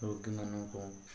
ରୋଗୀମାନଙ୍କୁ